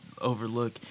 overlook